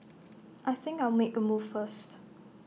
I think I'll make A move first